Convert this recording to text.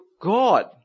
God